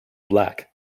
black